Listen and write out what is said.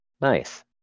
Nice